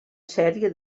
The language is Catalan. sèrie